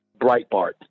Breitbart